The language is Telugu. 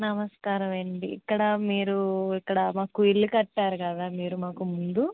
నమస్కారం అండి ఇక్కడ మీరు ఇక్కడ మాకు ఇల్లు కట్టారు కదా మీరు మాకు ముందు